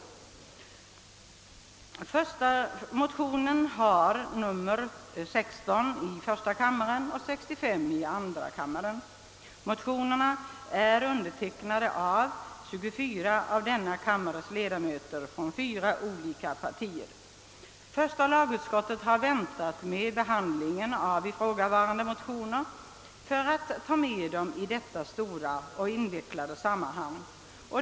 De likalydande motionerna har betecknats med nummer I: 16 respektive II: 65, och motionen i denna kammare är undertecknad av 24 kammarledamöter från fyra olika partier. Första lagutskottet har väntat med behandlingen av ifrågavarande motioner för att ta med dem i detta stora och invecklade sammanhang.